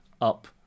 up